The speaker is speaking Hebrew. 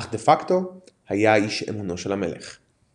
אך דה פקטו היה איש אמונו של המלך.